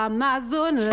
Amazon